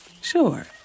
Sure